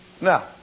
Now